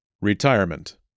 Retirement